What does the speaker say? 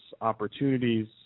opportunities